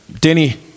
Denny